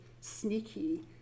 sneaky